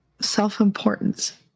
self-importance